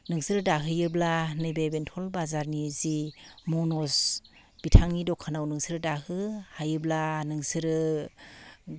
नोंसोरो दाहोयोब्ला नैबे बेंथल बाजारनि जि मनज बिथांनि दखानाव नोंसोर दाहो हायोब्ला नोंसोरो